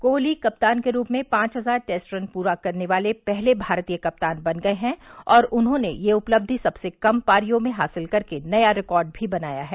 कोहली कप्तान के रूप में पांच हजार टेस्ट रन पूरा करने वाले पहले भारतीय कप्तान बन गए हैं और उन्होंने यह उपलब्धि सबसे कम पारियों में हासिल कर नया रिकॉर्ड भी बनाया है